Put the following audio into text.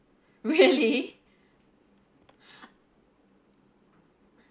really